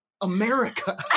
America